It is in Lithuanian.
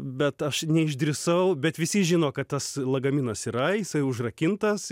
bet aš neišdrįsau bet visi žino kad tas lagaminas yra jisai užrakintas